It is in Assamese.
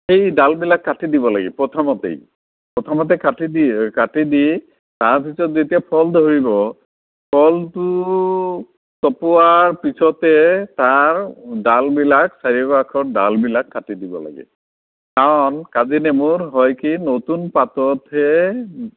সেই ডালবিলাক কাটি দিব লাগিব প্ৰথমতেই প্ৰথমতে কাটি দি কাটি দি তাৰ পিছত যেতিয়া ফল ধৰিব ফলটো চপোৱাৰ পিছতহে তাৰ ডালবিলাক চাৰিওকাষৰ ডালবিলাক কাটি দিব লাগে কাৰণ কাজী নেমুৰ হয় কি নতুন পাততহে